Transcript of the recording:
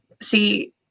See